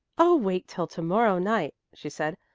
oh, wait till to-morrow night, she said.